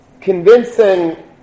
convincing